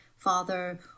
father